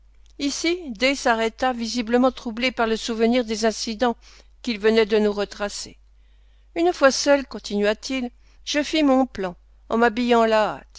ici d s'arrêta visiblement troublé par le souvenir des incidents qu'il venait de nous retracer une fois seul continua-t-il je fis mon plan en m'habillant à la